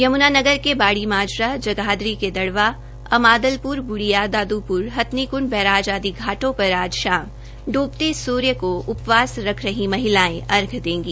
यमुनानगर के बाड़ी माजरा जगाधरी के दड़वा अमादलपुर बूडिया दादुपुर हथनीकुंड बैराज आदि घाटों पर आज शाम डूबते सूर्य को उपवास रख रही महिलाएं अर्घ्य देंगी